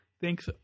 Thanks